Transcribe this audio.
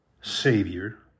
Savior